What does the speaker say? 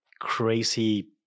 crazy